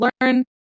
learn